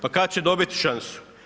Pa kad će dobiti šansu?